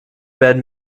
werden